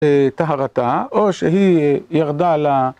טהרתה, או שהיא ירדה ל...